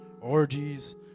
orgies